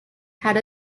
had